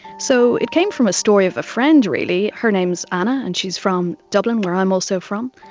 so it came from a story of a friend really. her name is anna and she is from dublin where i am also from.